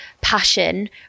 passion